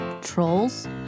Trolls